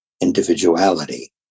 individuality